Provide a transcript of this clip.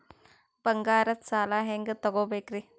ಬಂಗಾರದ್ ಸಾಲ ಹೆಂಗ್ ತಗೊಬೇಕ್ರಿ?